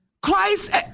Christ